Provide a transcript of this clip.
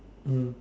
mm